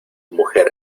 mujer